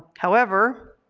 however,